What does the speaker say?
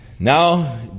Now